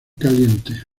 caliente